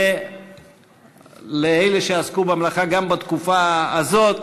אני מודה לאלה שעסקו במלאכה גם בתקופה הזאת.